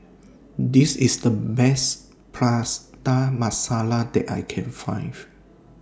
This IS The Best Prata Masala that I Can Find